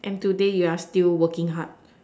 and today you are still working hard